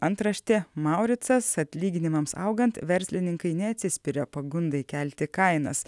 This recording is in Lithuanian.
antraštė mauricas atlyginimams augant verslininkai neatsispiria pagundai kelti kainas